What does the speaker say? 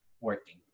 working